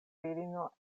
virino